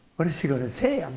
what is she going to say um